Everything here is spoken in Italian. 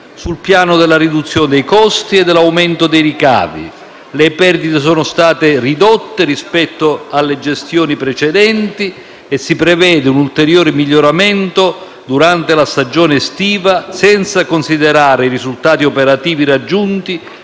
sul piano della riduzione dei costi e dell'aumento dei ricavi. Le perdite sono state ridotte rispetto alle gestioni precedenti e si prevede un ulteriore miglioramento durante la stagione estiva senza considerare i risultati operativi raggiunti,